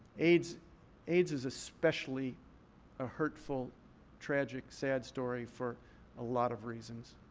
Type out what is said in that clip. aids aids is especially a hurtful tragic sad story for a lot of reasons.